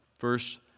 verse